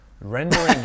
Rendering